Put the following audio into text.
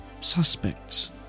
suspects